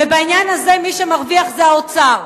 בעניין הזה מי שמרוויח זה האוצר.